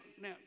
now